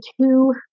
two